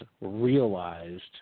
realized